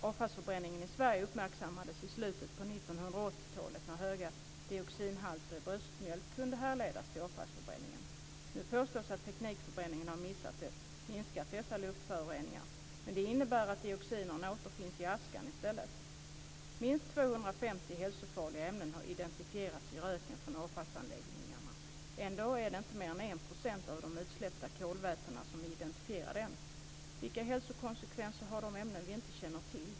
Avfallsförbränningen i Sverige uppmärksammades i slutet på 1980-talet, när höga dioxinhalter i bröstmjölk kunde härledas till avfallsförbränningen. Det påstås att teknikförbränningen har minskat dessa luftföroreningar, men det innebär att dioxinerna i stället återfinns i askan. Minst 250 hälsofarliga ämnen har identifierats i röken från avfallsanläggningarna. Ändå är inte mer än Vilka hälsokonsekvenser har de ämnen som vi inte känner till?